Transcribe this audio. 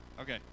Okay